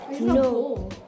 No